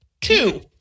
Two